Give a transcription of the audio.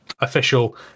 official